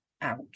out